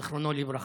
זיכרונו לברכה.